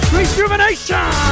Rejuvenation